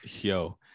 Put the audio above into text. Yo